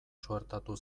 suertatu